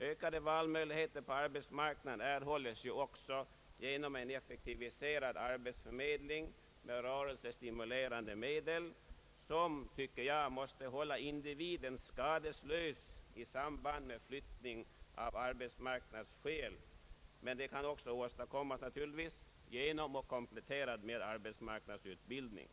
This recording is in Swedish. Ökade valmöjligheter på arbetsmarknaden erhålls ju också genom en effektiviserad arbetsförmedling med rörelsestimulerande medel som enligt min mening bör hålla individen skadeslös i samband med flyttning av arbetsmarknadsskäl. Men detta kan också åstadkommas genom en komplettering med arbetsmarknadsutbildning.